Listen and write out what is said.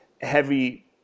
heavy